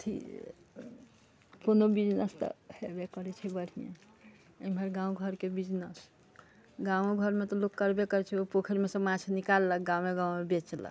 कथि कोनो बिजनेस तऽ हेबै करै छै बढ़िआँ एम्हर गाँव घरके बिजनेस गाँवो घरमे तऽ लोक करबै करै छै ओ पोखैरमे सँ माछ निकाललक गाँवे गाँवे बेचलक